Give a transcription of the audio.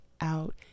out